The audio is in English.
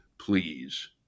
please